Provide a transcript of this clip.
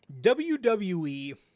WWE